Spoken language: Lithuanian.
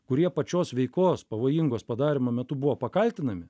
kurie pačios veikos pavojingos padarymo metu buvo pakaltinami